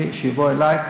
שיבוא אלי,